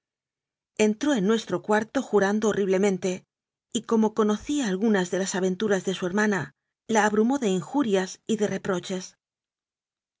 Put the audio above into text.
entró en nuestro cuarto jurando horrible mente y como conocía algunas de las aventuras de su hermana la abrumó de injurias y de